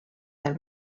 del